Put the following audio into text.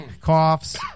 coughs